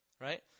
right